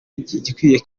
igikwiye